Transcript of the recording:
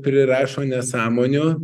prirašo nesąmonių